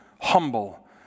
humble